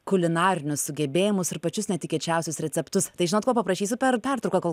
kulinarinius sugebėjimus ir pačius netikėčiausius receptus tai žinot ko paprašysiu per pertrauką kol